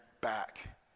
back